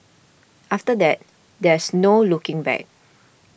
after that there's no looking back